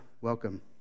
welcome